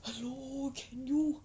!aiyo! can you